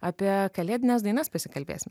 apie kalėdines dainas pasikalbėsim